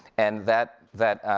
and that that